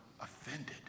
offended